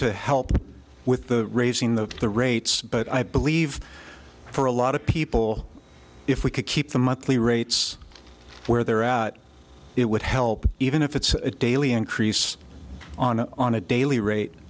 to help with the raising the the rates but i believe for a lot of people if we could keep the monthly rates where they're out it would help even if it's a daily increase on a on a daily rate